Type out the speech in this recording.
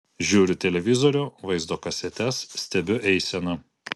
žiūriu televizorių vaizdo kasetes stebiu eiseną